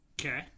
Okay